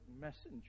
messenger